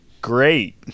great